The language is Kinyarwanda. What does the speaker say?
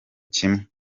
kimwe